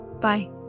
Bye